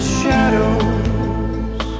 shadows